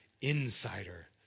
insider